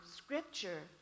scripture